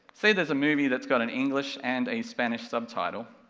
say there's a movie that's got an english and a spanish subtitle,